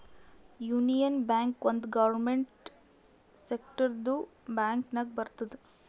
union bank ಒಂದ್ government ಸೆಕ್ಟರ್ದು bank ನಾಗ್ ಬರ್ತುದ್